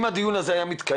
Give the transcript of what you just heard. אם הדיון הזה היה מתקיים